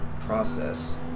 process